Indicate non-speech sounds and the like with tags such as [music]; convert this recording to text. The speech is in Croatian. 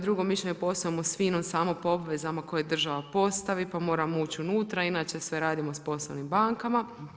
Drugo mišljenje … [unintelligible] s FINA-om samo po obvezama koje država postavi, pa moramo uči unutra, inače sve radimo sa poslovnim bankama.